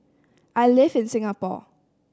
I live in Singapore